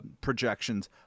projections